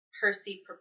Percy